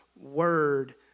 Word